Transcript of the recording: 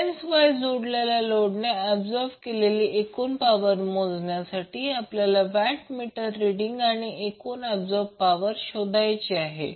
balance Y जोडलेल्या लोडने absorb केलेली एकूण पॉवर मोजण्यासाठी आपल्याला वॅट मीटर रिडिंग आणि एकूण ऍबसॉर्ब पॉवर शोधायचे आहे